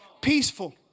peaceful